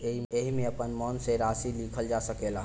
एईमे आपन मन से राशि लिखल जा सकेला